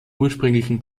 ursprünglichen